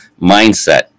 mindset